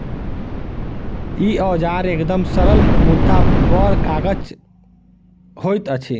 ई औजार एकदम सरल मुदा बड़ काजक होइत छै